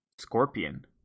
scorpion